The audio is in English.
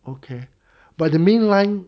okay but the main line